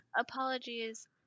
Apologies